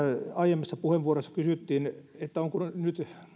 aiemmissa puheenvuoroissa kysyttiin onko nyt